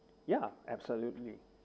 ya absolutely